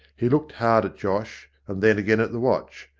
he looked hard at josh, and then again at the watch,